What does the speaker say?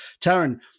Taryn